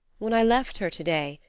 when i left her to-day,